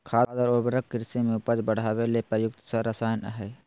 खाद और उर्वरक कृषि में उपज बढ़ावे ले प्रयुक्त रसायन हइ